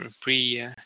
pre